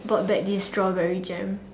bought back this strawberry jam